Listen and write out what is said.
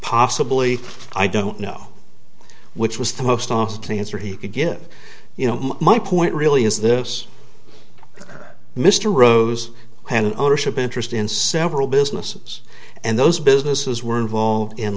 possibly i don't know which was the most last thing answer he could give you know my point really is this mr rose had an ownership interest in several businesses and those businesses were involved in